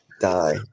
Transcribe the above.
die